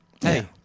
Hey